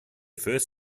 first